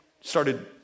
started